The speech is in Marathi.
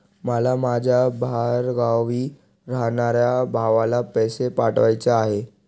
मला माझ्या बाहेरगावी राहणाऱ्या भावाला पैसे पाठवायचे आहे